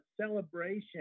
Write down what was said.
celebration